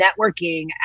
networking